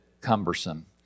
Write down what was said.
cumbersome